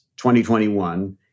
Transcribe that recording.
2021